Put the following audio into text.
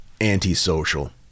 antisocial